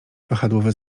wahadłowy